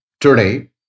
Today